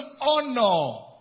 honor